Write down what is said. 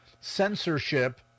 censorship